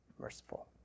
merciful